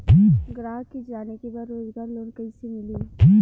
ग्राहक के जाने के बा रोजगार लोन कईसे मिली?